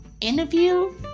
interview